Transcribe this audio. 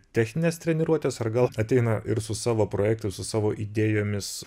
technines treniruotes ar gal ateina ir su savo projektu ir su savo idėjomis